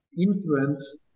influence